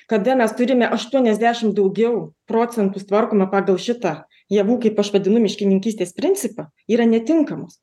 kada mes turime aštuoniasdešimt daugiau procentus tvarkoma pagal šitą javų kaip aš vadinu miškininkystės principą yra netinkamos